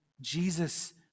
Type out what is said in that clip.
Jesus